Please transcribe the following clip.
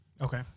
Okay